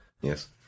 Yes